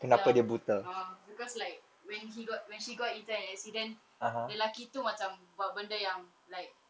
ya ah because of like when he got when she got into an accident the lelaki tu macam buat benda yang like